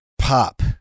pop